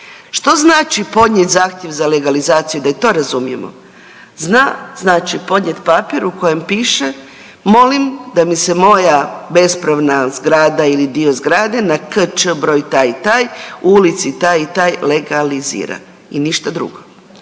Što znači podnijet zahtjev za legalizaciju, da i to razumijemo. Znači podnijet papir u kojem piše molim da mi se moja bespravna zgrada ili dio zgrade na k.č. broj taj i taj u ulici taj i taj legalizira i ništa drugo.